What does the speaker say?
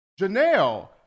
Janelle